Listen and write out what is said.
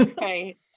Right